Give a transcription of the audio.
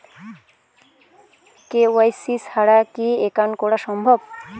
KYC ছাড়া কি account করা সম্ভব?